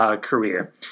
career